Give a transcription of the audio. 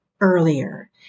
earlier